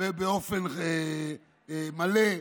באופן מלא,